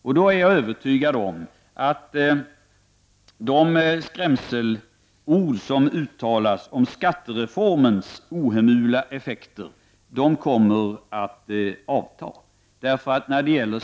Jag är övertygad om att de skrämselord som uttalas om skattereformens ohemula effekter kommer att avta.